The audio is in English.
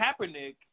Kaepernick